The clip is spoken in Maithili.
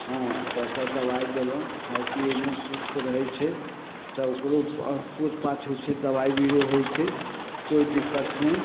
हँ तऽ ओकर दबाइ देलहुँ खाइ पीयैमे सुस्त रहय छै तऽ ओकरो पूछ पाछ होइ छै दबाई बिरो होइ छै कोइ दिक्कत नहि